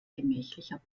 gemächlicher